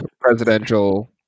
presidential